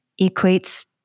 equates